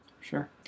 Sure